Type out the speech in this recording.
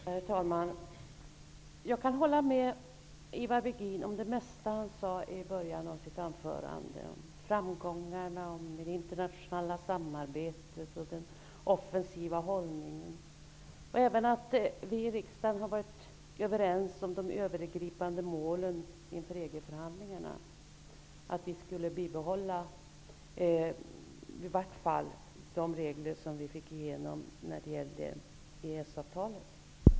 Herr talman! Jag kan hålla med Ivar Virgin om det mesta han sade i början av sitt anförande. Jag håller med om det han sade om framgångarna, det internationella samarbetet, den offensiva hållningen och även om att vi i riksdagen har varit överens om de övergripande målen inför EG förhandlingarna. Vi ville i varje fall bibehålla de regler vi fick igenom när det gällde EES-avtalet.